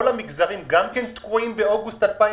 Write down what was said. כל המגזרים גם תקועים באוגוסט 2020?